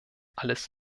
alles